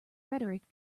rhetoric